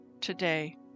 today